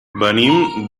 venim